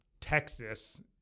Texas